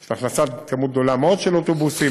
של הכנסת כמות גדולה מאוד של אוטובוסים,